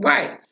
Right